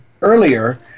earlier